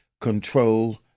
control